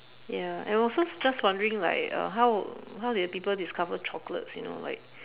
ya and also just wondering like uh how how did people discover chocolates you know like